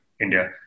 India